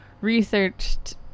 researched